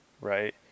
right